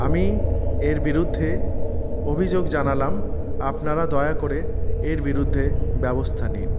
আমি এর বিরুদ্ধে অভিযোগ জানালাম আপনারা দয়া করে এর বিরুদ্ধে ব্যবস্থা নিন